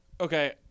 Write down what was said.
okay